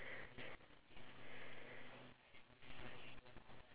plants like flowers in singapore right